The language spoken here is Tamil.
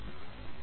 915 ln 1